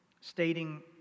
stating